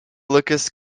lucas